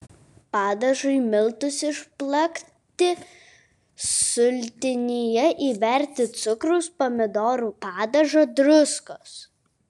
padažui miltus išplakti sultinyje įberti cukraus pomidorų padažo druskos